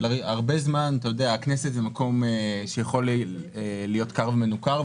אתה יודע שהכנסת היא מקום שיכול להיות כר ומנוכר,